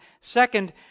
Second